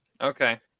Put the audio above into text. Okay